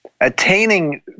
Attaining